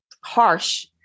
harsh